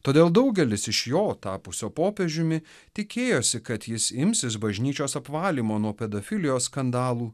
todėl daugelis iš jo tapusio popiežiumi tikėjosi kad jis imsis bažnyčios apvalymo nuo pedofilijos skandalų